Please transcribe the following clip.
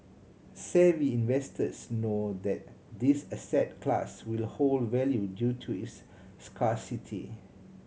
savvy investors know that this asset class will hold value due to its scarcity